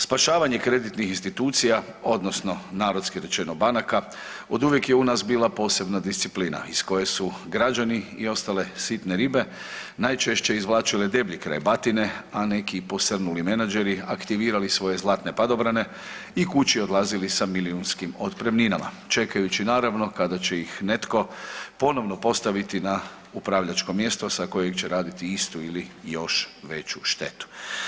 Spašavanje kreditnih institucija odnosno narodski rečeno banaka, oduvijek je u nas bila posebna disciplina iz koje su građani i ostale sitne ribe najčešće izvlačile deblji kraj batine, a neki posrnuli menadžeri aktivirali svoje zlatne padobrane i kući odlazili sa milijunskim otpremninama, čekajući naravno kada će ih netko ponovno postaviti na upravljačko mjesto sa kojeg će raditi istu ili još veću štetu.